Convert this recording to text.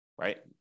right